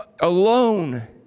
alone